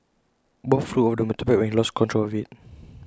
both flew off the motorbike when he lost control of IT